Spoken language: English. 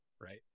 Right